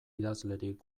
idazlerik